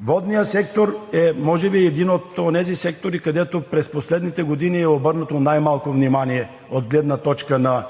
водният сектор е може би един от онези сектори, на които през последните години е обръщано най-малко внимание от гледна точка на